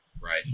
Right